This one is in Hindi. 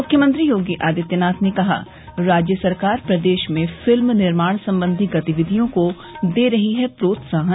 मुख्यमंत्री योगी आदित्यनाथ ने कहा राज्य सरकार प्रदेश में फ़िल्म निर्माण संबंधी गतिविधियों को दे रही है प्रोत्साहन